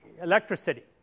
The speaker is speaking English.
electricity